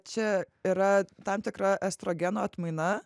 čia yra tam tikra estrogeno atmaina